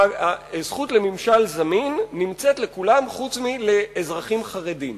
זכות לממשל זמין נמצאת לכולם חוץ מלאזרחים חרדים.